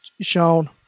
shown